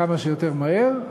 כמה שיותר מהר,